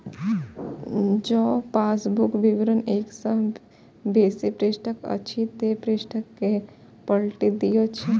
जौं पासबुक विवरण एक सं बेसी पृष्ठक अछि, ते पृष्ठ कें पलटि दियौ